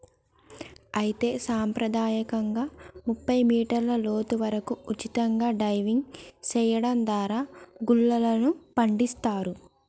అయితే సంప్రదాయకంగా ముప్పై మీటర్ల లోతు వరకు ఉచితంగా డైవింగ్ సెయడం దారా గుల్లలను పండిస్తారు